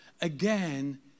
again